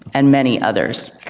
and many others.